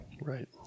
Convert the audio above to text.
Right